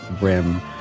rim